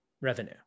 revenue